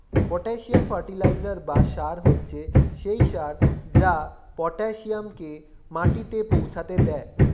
potassium fertiliser বা সার হচ্ছে সেই সার যা পটাসিয়ামকে মাটিতে পৌঁছাতে দেয়